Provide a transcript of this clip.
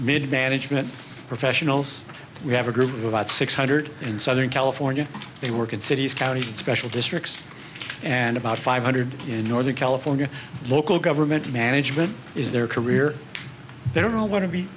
mid management professionals we have a group of about six hundred in southern california they work in cities counties and special districts and about five hundred in northern california local government management is their career they don't